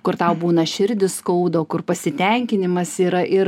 kur tau būna širdį skauda kur pasitenkinimas yra ir